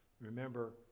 Remember